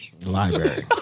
Library